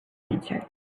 answered